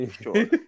sure